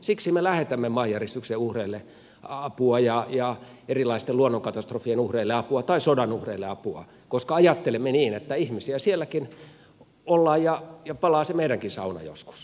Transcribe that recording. siksi me lähetämme maanjäristyksen uhreille apua ja erilaisten luonnonkatastrofien uhreille apua tai sodan uhreille apua koska ajattelemme niin että ihmisiä sielläkin ollaan ja palaa se meidänkin sauna joskus